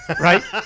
Right